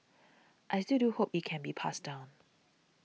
I still do hope it can be passed down